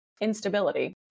instability